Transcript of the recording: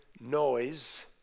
noise